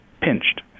pinched